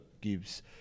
gives